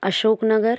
Ashok Nagar